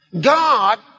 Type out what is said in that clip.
God